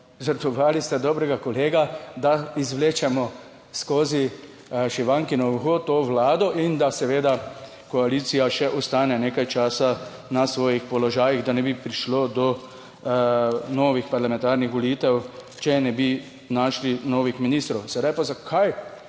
žrtvovali ste dobrega kolega, da izvlečemo skozi šivankino uho to Vlado in da seveda koalicija še ostane nekaj časa na svojih položajih, da ne bi prišlo do novih parlamentarnih volitev, če ne bi našli novih ministrov. Sedaj pa, zakaj